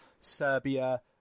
serbia